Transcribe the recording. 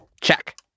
Check